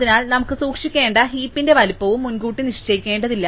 അതിനാൽ നമുക്ക് സൂക്ഷിക്കേണ്ട ഹീപിന്റെ വലുപ്പം ഞങ്ങൾ മുൻകൂട്ടി നിശ്ചയിക്കേണ്ടതില്ല